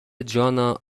جانا